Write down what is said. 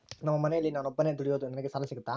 ನಮ್ಮ ಮನೆಯಲ್ಲಿ ನಾನು ಒಬ್ಬನೇ ದುಡಿಯೋದು ನನಗೆ ಸಾಲ ಸಿಗುತ್ತಾ?